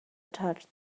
touched